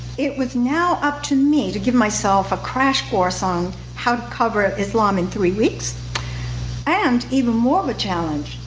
it was now up to me to give myself a crash course on how to cover islam in three weeks and, even more of a challenge,